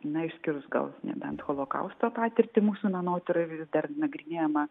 na išskyrus gal nebent holokausto patirtį mūsų menotyroj vis dar nagrinėjama